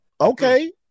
okay